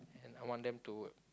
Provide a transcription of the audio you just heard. and I want them to